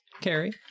Carrie